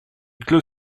clôt